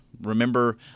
remember